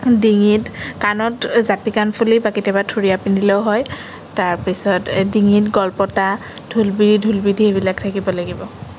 ডিঙিত কাণত জাতিকাণফুলি বা থুৰিয়া পিন্ধিলেও হয় তাৰপিছত ডিঙিত গলপতা ঢোলবিৰি এইবিলাক থাকিব লাগিব